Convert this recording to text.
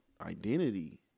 identity